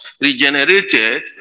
regenerated